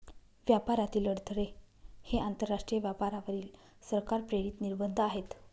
व्यापारातील अडथळे हे आंतरराष्ट्रीय व्यापारावरील सरकार प्रेरित निर्बंध आहेत